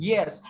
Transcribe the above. Yes